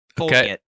Okay